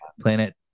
Planet